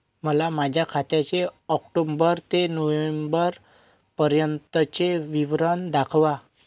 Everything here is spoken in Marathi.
मला माझ्या खात्याचे ऑक्टोबर ते नोव्हेंबर पर्यंतचे विवरण दाखवा